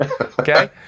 Okay